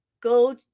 go